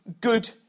good